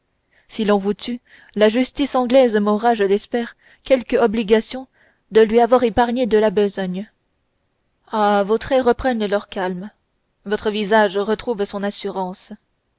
si l'on vous tue la justice anglaise m'aura je l'espère quelque obligation de lui avoir épargné de la besogne ah vos traits reprennent leur calme votre visage retrouve son assurance